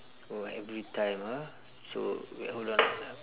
oh every time ah so wait hold on ah